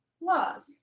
Laws